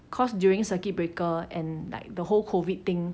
cause during circuit breaker and like the whole COVID thing